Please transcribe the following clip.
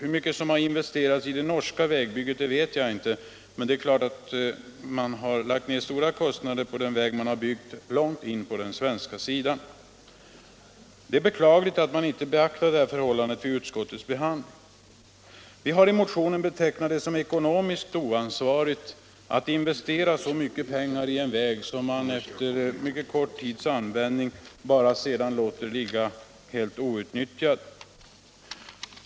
Hur mycket som investerats i det norska vet jag inte, men det är klart att man lagt ned mycket pengar på den väg som sträcker sig långt in på den svenska sidan. Det är beklagligt att man vid utskottsbehandlingen inte beaktat detta förhållande. I motionen har vi betecknat det som ekonomiskt oansvarigt att investera så mycket pengar i en väg som man efter mycket kort tids användning låter ligga helt outnyttjad.